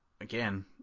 again